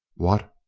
what!